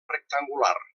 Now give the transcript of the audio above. rectangular